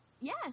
Yes